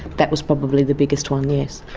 that was probably the biggest one, yes.